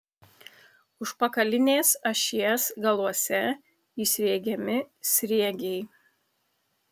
užpakalinės ašies galuose įsriegiami sriegiai